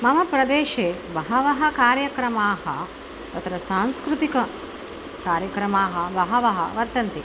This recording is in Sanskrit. मम प्रदेशे बहवः कार्यक्रमाः तत्र सांस्कृतिककार्यक्रमाः बहवः वर्तन्ते